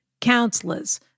counselors